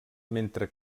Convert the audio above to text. mentre